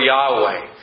Yahweh